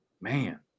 Man